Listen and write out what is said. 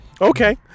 okay